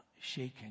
shaken